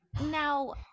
Now